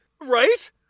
Right